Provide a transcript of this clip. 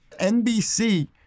NBC